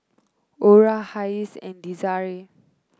Ora Hayes and Desirae